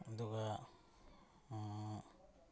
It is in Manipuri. ꯑꯗꯨꯒ